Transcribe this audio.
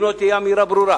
אם לא תהיה אמירה ברורה